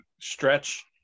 stretch